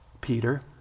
Peter